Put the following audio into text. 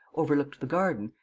overlooked the garden,